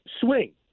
swing